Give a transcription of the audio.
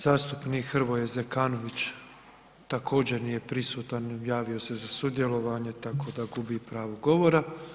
Zastupnik Hrvoje Zekanović također nije prisutan, javio se za sudjelovanje tako da gubi pravo govora.